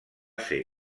ser